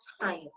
time